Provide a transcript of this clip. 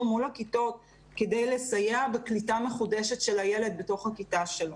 מול הכיתות כדי לסייע בקליטה מחודשת של הילד בתוך הכיתה שלו.